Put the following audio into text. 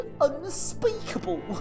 unspeakable